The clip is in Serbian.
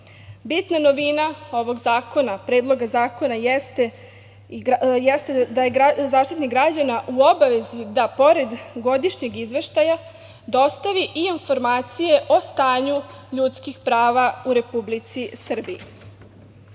novina ovog predloga zakona jeste da je Zaštitnik građana u obavezi da pored godišnjeg izveštaja dostavi i informacije o stanju ljudskih prava u Republici Srbiji. Kada